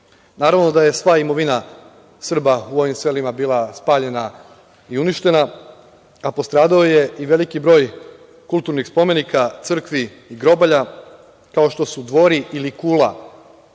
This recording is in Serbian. ubijani. Naravno da je sva imovina Srba u ovim selima bila spaljena i uništena, a postradao je i veliki broj kulturnih spomenika, crkvi i grobalja, kao što su Dvori ili Kula serdara